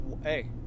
hey